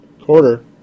quarter